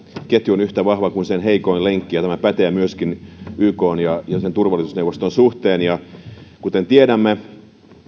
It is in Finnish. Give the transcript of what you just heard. ketju on yhtä vahva kuin sen heikoin lenkki ja tämä pätee myöskin ykn ja sen turvallisuusneuvoston suhteen kuten tiedämme